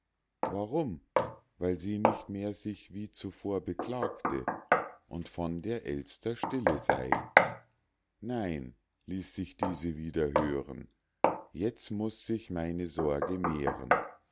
warum weil sie nicht mehr sich wie zuvor beklagte und von der elster stille sey nein ließ sich diese wieder hören jetzt muß sich meine sorge mehren